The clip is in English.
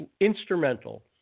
instrumental